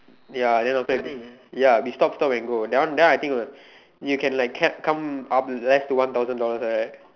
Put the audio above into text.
ya then after that ya we stop stop and go that one that one I think you can like cab come up less to one thousand dollars like that